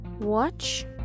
watch